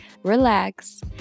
relax